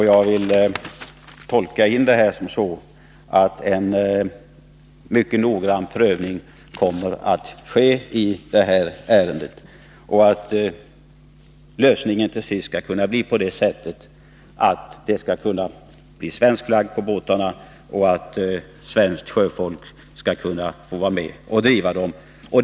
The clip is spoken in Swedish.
Jag vill tolka in i svaret att en mycket noggrann prövning kommer att ske i detta ärende och att lösningen till sist skall innebära att det kan bli svensk flagg på båtarna och att svenskt sjöfolk kan vara med och driva dem.